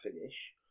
finish